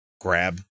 grab